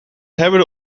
hebben